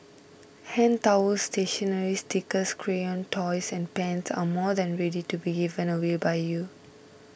hand towels stationery stickers crayons toys and pens are more than ready to be given away by you